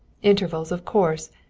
intervals, of course.